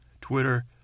twitter